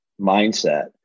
mindset